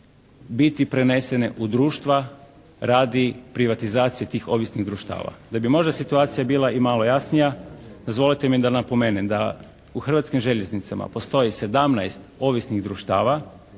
biti prenesene u društva radi privatizacije tih ovisnih društava. Da bi možda situacija bila i malo jasnija dozvolite mi da napomenem da u Hrvatskim željeznicama postoji 17 ovisnih društava